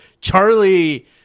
Charlie